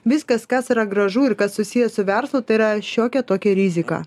viskas kas yra gražu ir kas susiję su verslu tai yra šiokia tokia rizika